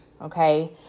Okay